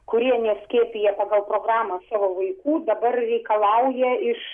kurie neskiepiję pagal programą savo vaikų dabar reikalauja iš